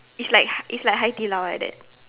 is like hai is like Hai-Di-Lao like that